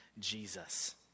Jesus